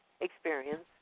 experience